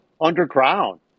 underground